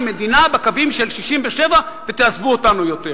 מדינה בקווים של 67' ותעזבו אותנו כבר.